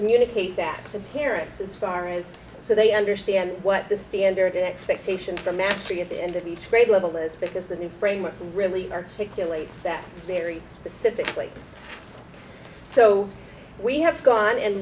communicate that to parents as far as so they understand what the standard expectation for mastery at the end of each grade level is because the new framework really are taking a late step very specifically so we have gone and